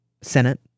Senate